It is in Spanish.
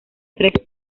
tres